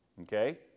Okay